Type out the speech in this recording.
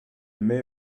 mets